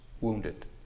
wounded